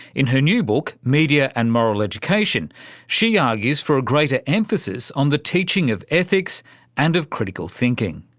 in her new book media and moral education she argues for a greater emphasis on the teaching of ethics and of critical thinking.